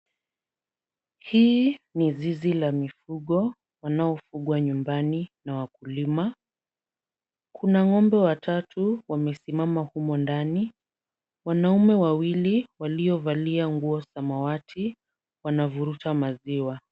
Hii ni zizi la mifugo wanaofugwa nyumbani na wakulima. Kuna ng'ombe watatu wamesimama humo ndani. Wanaume wawili waliovalia nguo samawati wanavuruta maziwa.